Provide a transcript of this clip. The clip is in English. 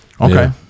Okay